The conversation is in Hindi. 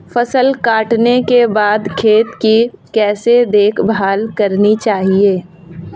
फसल काटने के बाद खेत की कैसे देखभाल करनी चाहिए?